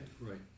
Right